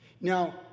Now